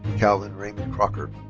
calvin raymond crocker.